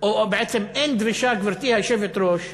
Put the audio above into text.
או בעצם אין דרישה, גברתי היושבת-ראש,